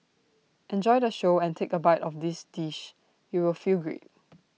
enjoy the show and take A bite of this dish you will feel great